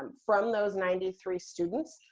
um from those ninety three students,